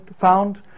found